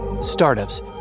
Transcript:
Startups